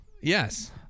Yes